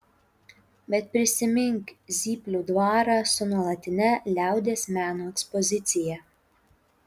bet prisimink zyplių dvarą su nuolatine liaudies meno ekspozicija